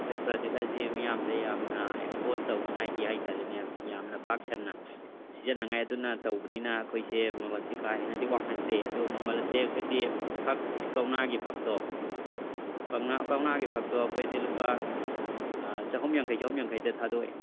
ꯑꯩꯈꯣꯏ ꯄ꯭ꯔꯗꯛ ꯑꯁꯦ ꯃꯤꯌꯥꯝꯗ ꯌꯥꯝꯅ ꯑꯦꯛꯁꯄꯣꯁ ꯇꯧꯅꯉꯥꯏꯒꯤ ꯍꯥꯏꯇꯥꯔꯦꯅꯦ ꯌꯥꯝꯅ ꯄꯥꯛꯁꯟꯅ ꯁꯤꯖꯟꯅꯉꯥꯏ ꯑꯗꯨꯅ ꯇꯧꯕꯅꯤꯅ ꯑꯩꯈꯣꯏꯁꯦ ꯃꯃꯜꯁꯦ ꯀꯥꯍꯦꯟꯅꯗꯤ ꯋꯥꯡꯍꯟꯗꯦ ꯑꯗꯨ ꯃꯃꯜꯁꯦ ꯑꯩꯈꯣꯏꯗꯤ ꯐꯛ ꯀꯧꯅꯥꯒꯤ ꯐꯛꯇꯣ ꯀꯧꯅꯥꯒꯤ ꯐꯛꯇꯣ ꯑꯩꯈꯣꯏꯗꯤ ꯂꯨꯄꯥ ꯆꯍꯨꯝ ꯌꯥꯡꯈꯩ ꯆꯍꯨꯝ ꯌꯥꯡꯈꯩꯗ ꯊꯥꯗꯣꯛꯑꯦ